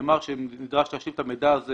נאמר שנדרש להשלים את המידע הזה